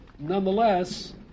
Nonetheless